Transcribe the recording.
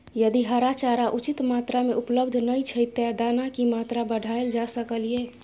यदि हरा चारा उचित मात्रा में उपलब्ध नय छै ते दाना की मात्रा बढायल जा सकलिए?